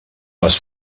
les